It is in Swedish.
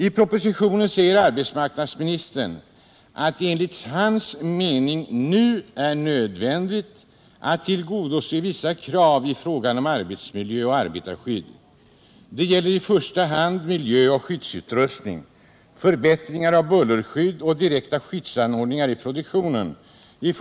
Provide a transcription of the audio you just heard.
I propositionen säger arbetsmarknadsministern att det enligt hans mening nu är nödvändigt att tillgodose vissa krav i fråga om arbetsmiljö och arbetarskydd. Det gäller i första hand miljöoch skyddsutrustning, Nr 50 tionen i första hand vid lokalerna i Kramfors och Arvika.